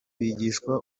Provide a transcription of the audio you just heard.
bigishwa